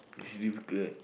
it's difficult